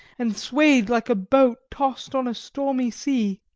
and swayed like a boat tossed on a stormy sea.